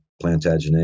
Plantagenet